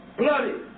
bloody